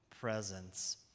presence